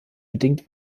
bedingt